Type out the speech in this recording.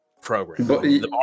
program